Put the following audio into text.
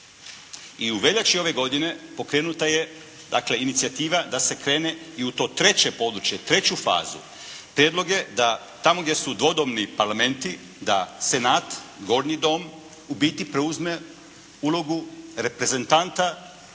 I u veljači ove godine pokrenuta je dakle linicijativa da se krene i u to treće područje, treću fazu. Prijedlog je da tamo gdje su dvodomni parlamenti da senat, gornji dom u biti preuzme ulogu reprezentanta